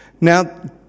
Now